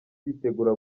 yitegura